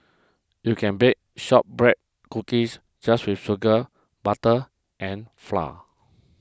you can bake Shortbread Cookies just with sugar butter and flour